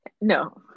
no